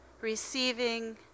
receiving